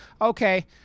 okay